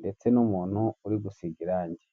ndetse n'umuntu uri gusiga irange.